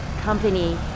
company